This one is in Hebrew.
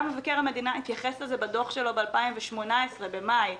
גם מבקר המדינה התייחס לזה בדוח שלו במאי 2018,